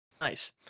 Nice